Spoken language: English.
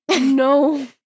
No